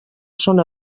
són